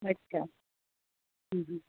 अच्छा